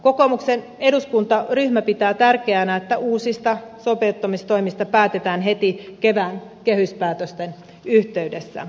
kokoomuksen eduskuntaryhmä pitää tärkeänä että uusista sopeuttamistoimista päätetään heti kevään kehyspäätösten yhteydessä